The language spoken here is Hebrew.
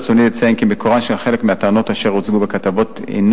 ברצוני לציין כי מקורן של חלק מהטענות אשר הוצגו בכתבות הינו